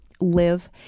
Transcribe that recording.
live